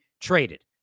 traded